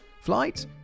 flight